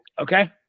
Okay